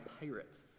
pirates